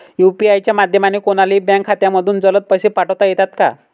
UPI च्या माध्यमाने कोणलाही बँक खात्यामधून जलद पैसे पाठवता येतात का?